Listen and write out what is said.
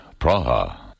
Praha